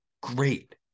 great